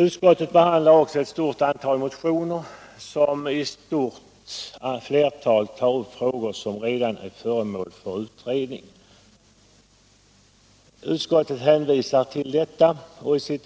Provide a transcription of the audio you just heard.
Utskottet behandlar ett stort antal motioner varav ett flertal tar upp frågor som redan är föremål för utredning. Utskottet hänvisar till detta i sitt